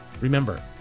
Remember